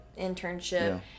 internship